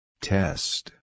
Test